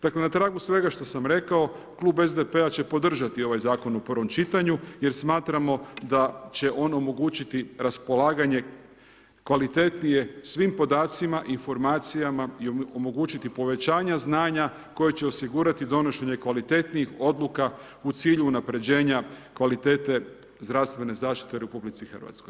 Dakle, na tragu svega što sam rekao Klub SDP-a će podržati ovaj Zakon u prvom čitanju jer smatramo da će on omogućiti raspolaganje kvalitetnije svim podacima i informacijama i omogućiti povećanje znanja koje će osigurati donošenje kvalitetnijih odluka u cilju unapređenje kvalitete zdravstvene zaštite u RH.